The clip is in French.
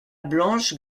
blanche